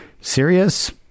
serious